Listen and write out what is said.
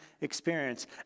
experience